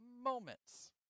moments